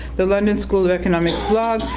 the london school of economics blog,